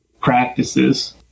practices